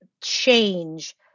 change